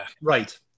right